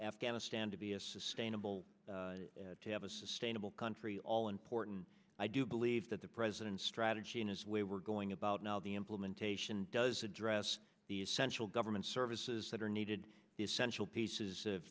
afghanistan to be a sustainable to have a sustainable country all important i do believe that the president's strategy and his way we're going about now the implementation does address the essential government services that are needed essential pieces of